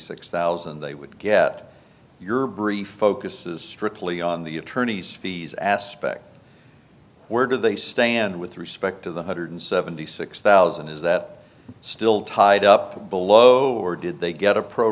six thousand they would get your brief focuses strictly on the attorney's fees aspect where do they stand with respect to the hundred seventy six thousand is that still tied up below or did they get a pro